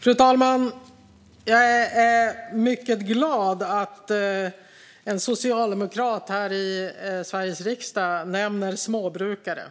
Fru talman! Jag är mycket glad att en socialdemokrat här i Sveriges riksdag nämner småbrukare